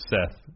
Seth